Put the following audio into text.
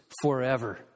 forever